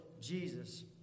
Jesus